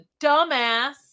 dumbass